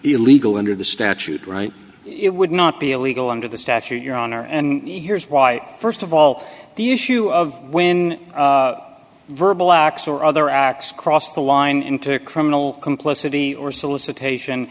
illegal under the statute right it would not be illegal under the statute your honor and here's why st of all the issue of when verbal acts or other acts cross the line into criminal complicity or solicitation